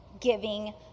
giving